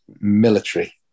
military